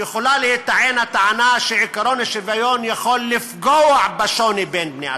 יכולה להיטען הטענה שעקרון השוויון יכול לפגוע בשוני שבין בני-אדם.